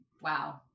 Wow